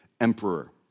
emperor